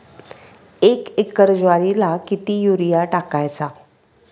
एक एकर ज्वारीला किती युरिया टाकायचा?